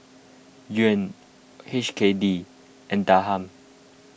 Yuan H K D and Dirham